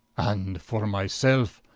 and for my selfe,